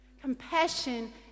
Compassion